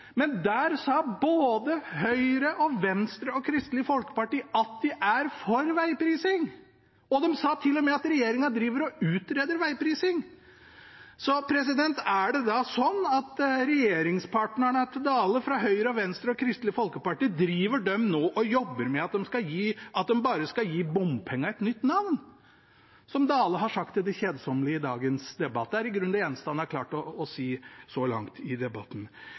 men der sa både Høyre, Venstre og Kristelig Folkeparti at de er for vegprising, og de sa til og med at regjeringen driver og utreder vegprising. Er det da sånn at statsråd Dales regjeringspartnere fra Høyre, Venstre og Kristelig Folkeparti nå driver og jobber med at de bare skal gi bompengene et nytt navn, som statsråd Dale har sagt til det kjedsommelige i dagens debatt? Det er i grunnen det eneste han har klart å si så langt i debatten.